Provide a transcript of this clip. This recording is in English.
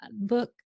book